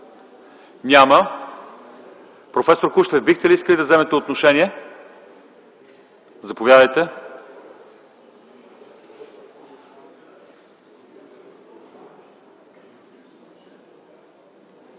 Няма. Професор Кушлев, бихте ли искали да вземете отношение? Заповядайте.